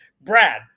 Brad